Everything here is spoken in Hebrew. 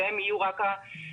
והם יהיו רק המבצעים.